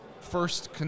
first